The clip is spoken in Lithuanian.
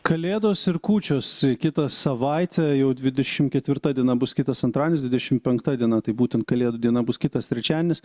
kalėdos ir kūčios kitą savaitę jau dvidešimt ketvirta diena bus kitas antradienis dvidešimt penkta diena tai būtent kalėdų diena bus kitas trečiadienis